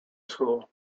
school